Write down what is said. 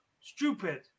Stupid